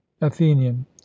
athenian